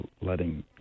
letting